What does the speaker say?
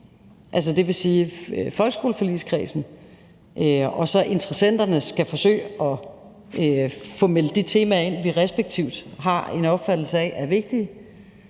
hinanden, dvs. folkeskoleforligskredsen og interessenterne, skal forsøge at få meldt de temaer ind, vi respektivt har en opfattelse af er vigtige,